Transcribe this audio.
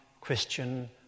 Christian